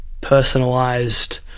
personalized